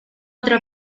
otra